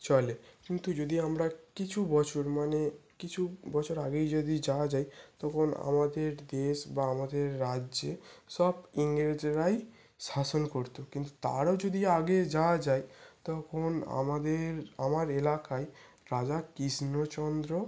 চলে কিন্তু যদি আমরা কিছু বছর মানে কিছু বছর আগেই যদি যাওয়া যায় তখন আমাদের দেশ বা আমাদের রাজ্যে সব ইংরেজরাই শাসন করত কিন্তু তারও যদি আগে যাওয়া যায় তখন আমাদের আমার এলাকায় রাজা কৃষ্ণচন্দ্র